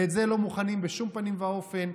ולזה לא מוכנים בשום פנים ואופן.